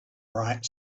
bright